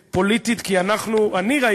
שעכשיו הם כבר בבית-ספר יסודי, אך גם אני ראיתי,